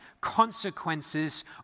consequences